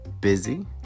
busy